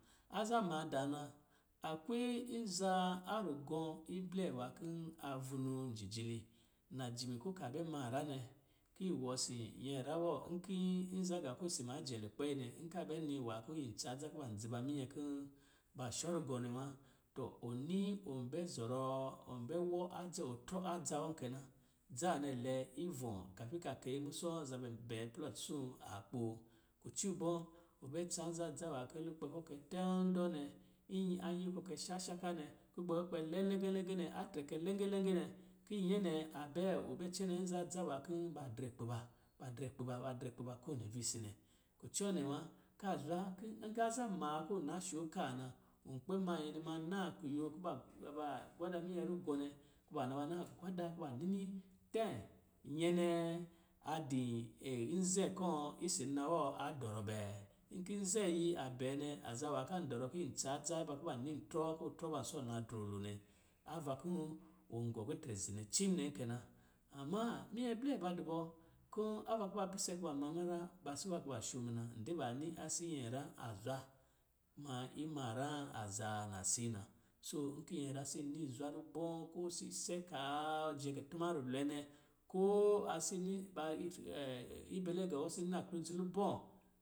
Aza maadaa na, a kwe nzaa a rugɔɔ ablɛ nwá kɔ̄ a vunoo jijili. Najimi kɔ ka bɛ mara nɛ, ki wɔ si nyɛra wɔ, nkii nza got kɔ̄ si ma jɛ lukpɛ yi nɛ, nka a bɛ niu nwa ki yi tsa adza kuba dzii ba minyɛ kɔ̄, ba shɔ rugɔ̄ɔ̄ nɛ wa, tɔ ɔ ni ɔ bɛ zɔrɔɔ, ɔ̄ bɛ wɔ ɔtrɔ adza wɔ kɛ na. Dza nwanɛ lɛ, ivɔ̄ kafi ka kɛɛ musɔ̄ zabɛ bɛɛ plɔ soo a kpo. Kucɔ ibɔ̄, ɔ bɛ tsa nza dza nwá kɔ lukpɛ kɔ kɛ tɔndɔ nɛ, nyi, anyi kɔ kɛ shaashaka nɛ, kugbɛ kɔ npɛ lɛdɛgɛ lɛgɛ nɛ, atrɛ kɛ lɛngɛlɛngɛ nɛ, ki nyɛ nɛ a bɛ bɛ cɛnɛ nza dza nwá kɔ̄ ba drɛ kpi ba, ba drɛ kpi ba, ba drɛ kpi ba ko wini visii nɛ. Kucɔ nɛ wa, ka zwa ki nka za maa kɔ̄ ɔ na sho kaa na, wɔ kpɛ ma nyɛ nɛ ma naa kuyo kuba-baa gwa-da minyɛ rugɔɔ nɛ, kuba na ba nga gwada kuba nini tɛ́ nyɛ nɛ a di nze kɔ́ isi nna wɔɔ a dɔrɔ bɛɛ. Nki nze yi a bɛɛ nɛ aza wa ka dɔrɔ ki yi tsa adza iba kuba ni trɔ, kɔ̄ trɔ ba sɔ na drololo nɛ. Ava kɔ̄ ɔ̄ gɔ kitre zi nɛ cu nɛ kɛ na. Amma minyɛ blɛ ba du bɔ, kɔ̄ ava kuba pise kuba ma murá, ba so ba kɔ ba sho muna, ndɛ ba ni asi nyɛra a zwa. Kuma, ima ráá a zaa nasi na. Soo nki nyɛra si ni zwa lubɔ́ ko si se kaa ɔjɛ kutuma rulwɛ nɛ, koo a si ni, ba ibɛlɛgá wɔ si ni naklodzi lubɔ́